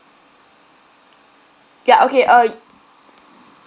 ya okay uh y~